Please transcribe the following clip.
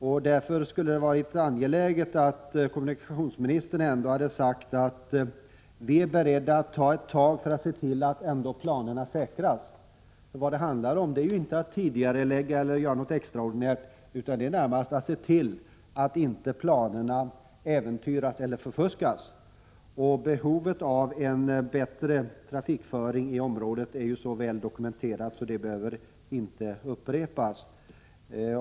Av den anledningen hade det varit angeläget att kommunikationsministern ändå sagt: Vi är beredda att ta tag i detta för att se till att de här planerna säkras. Vad det handlar om är ju inte att tidigarelägga något eller vidta några extraordinära åtgärder, utan närmast gäller det att se till att planerna i detta sammanhang inte äventyras eller förfuskas. Behovet av en bättre trafikföring i området är så väl dokumenterat att det inte behöver understrykas.